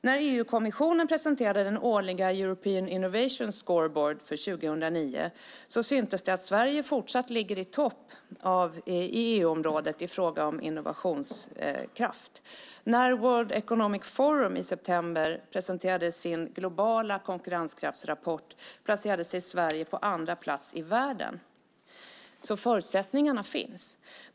När EU-kommissionen presenterade den årliga European Innovation Score Board för 2009 syntes det att Sverige fortsatt ligger i topp i EU-området i fråga om innovationskraft. När World Economic Forum i september presenterade sin globala konkurrenskraftsrapport placerade sig Sverige på andra plats i världen. Förutsättningarna finns alltså.